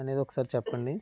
అనేది ఒకసారి చెప్పండి